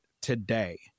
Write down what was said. today